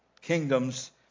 kingdoms